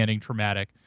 traumatic